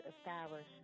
establish